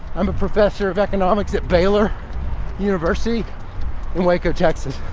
i'm a professor of economics at baylor university in waco, texas,